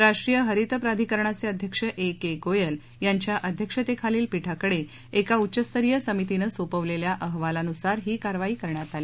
राष्ट्रीय हरित प्राधिकरणाचे अध्यक्ष एके गोयल यांच्या अध्यक्षतेखालील पीठाकडे एका उच्चस्तरीय समितीने सोपवलेल्या अहवालानुसार ही कारवाई करण्यात आली